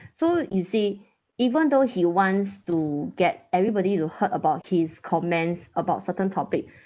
so you see even though he wants to get everybody to heard about his comments about certain topic